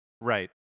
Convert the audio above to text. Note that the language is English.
Right